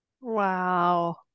Wow